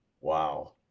Wow